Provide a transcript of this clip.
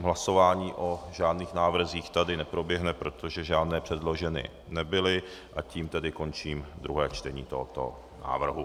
Hlasování o žádných návrzích tady neproběhne, protože žádné předloženy nebyly, a tím tedy končím druhé čtení tohoto návrhu.